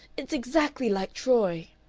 it's exactly like troy!